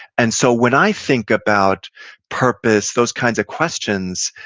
and so when i think about purpose, those kinds of questions,